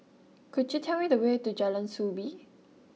could you tell me the way to Jalan Soo Bee